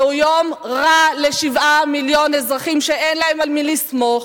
זהו יום רע ל-7 מיליון אזרחים שאין להם על מי לסמוך,